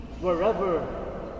wherever